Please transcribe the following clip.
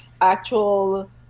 actual